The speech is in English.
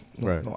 Right